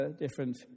different